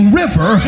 river